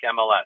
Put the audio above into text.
MLS